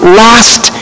last